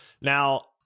Now